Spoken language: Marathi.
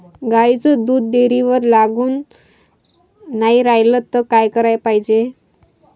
गाईचं दूध डेअरीवर लागून नाई रायलं त का कराच पायजे?